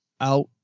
out